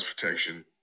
protection